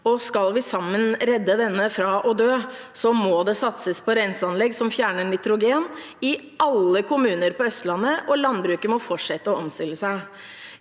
skal vi sammen redde denne fra å dø, må det satses på renseanlegg som fjerner nitrogen i alle kommuner på Østlandet, og landbruket må fortsette å omstille seg.